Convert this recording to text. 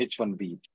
H1B